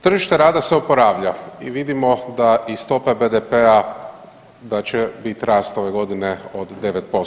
Tržište rada se oporavlja i vidimo da iz stope BDP-a da će bit rast ove godine od 9%